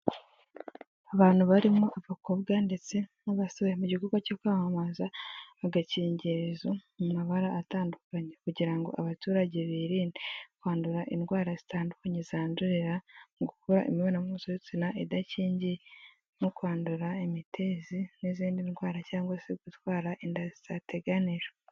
Abantu barimo abakobwa ndetse n'abasore mu gikorwa cyo kwamamaza agakingirizo, mu mabara atandukanye kugira ngo abaturage birinde kwandura indwara zitandukanye zandurira mu gukora imibonano mpuzabitsina idakingiye no kwandura imitezi n'izindi ndwara cyangwa se gutwara inda zitateganyijwe.